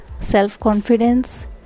self-confidence